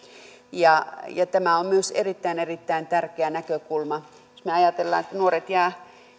tämä on myös erittäin erittäin tärkeä näkökulma jos ajatellaan sitä että nuoret jäävät